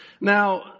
Now